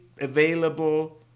available